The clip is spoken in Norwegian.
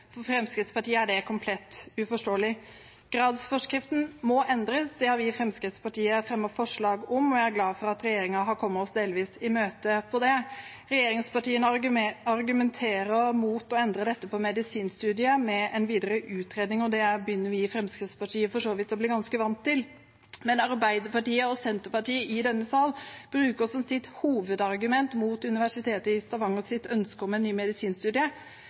For Fremskrittspartiet er det komplett uforståelig. Gradsforskriften må endres. Det har vi i Fremskrittspartiet fremmet forslag om, og jeg er glad for at regjeringen har kommet oss delvis i møte på det. Regjeringspartiene argumenterer mot å endre dette for medisinstudiet med en videre utredning, og det begynner vi i Fremskrittspartiet for så vidt å bli ganske vant til. Men Arbeiderpartiet og Senterpartiet i denne sal bruker som sitt hovedargument mot Universitetet i Stavangers ønske om